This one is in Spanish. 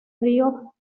río